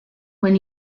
when